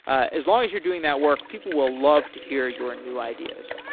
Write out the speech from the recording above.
ah as long as you're doing that work, people will love to hear your new ideas